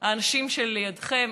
האנשים שלידכם.